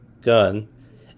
gun